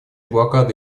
блокады